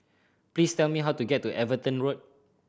please tell me how to get to Everton Road